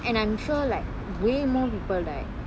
and I'm sure like way more people right